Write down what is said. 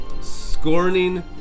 scorning